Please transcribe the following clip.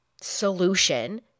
solution